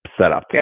setup